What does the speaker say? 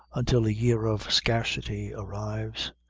until a year of scarcity arrives,